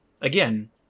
again